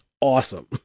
awesome